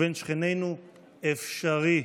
ובין שכנינו אפשרי.